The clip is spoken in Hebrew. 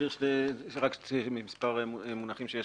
להסביר מספר מונחים,